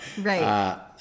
right